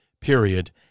period